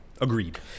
agreed